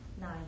nine